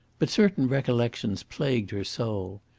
but certain recollections plagued her soul.